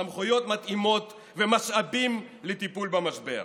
סמכויות מתאימות ומשאבים לטיפול במשבר.